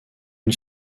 une